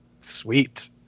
Sweet